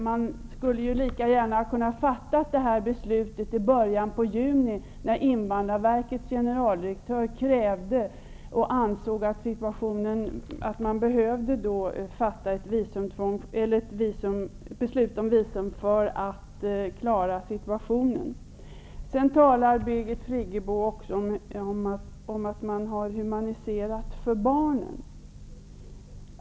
Man skulle lika gärna ha kunnat fatta detta beslut i början av juni, när Invandrarverkets generaldirektör krävde det. Hon ansåg att det behövdes ett beslut om visumtvång för att man skulle klara situationen. Birgit Friggebo talar också om att det har skett en humanisering för barnen.